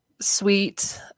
sweet